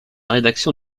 rédaction